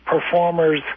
performers